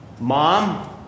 Mom